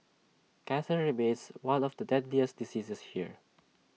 cancer remains one of the deadliest diseases here